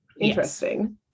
Interesting